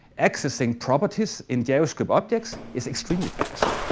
accessing properties in javascript objects is extremely fast.